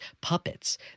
puppets